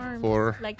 four